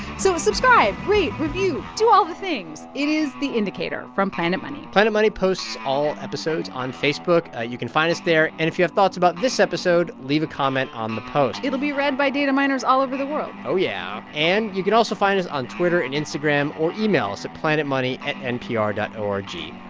so subscribe, rate, review do all the things. it is the indicator from planet money planet money posts all episodes on facebook. ah you can find us there. and if you have thoughts about this episode, leave a comment on the post it'll be read by data miners all over the world oh, yeah. and you can also find us on twitter and instagram, or email us at planetmoney at npr dot o r g.